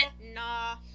nah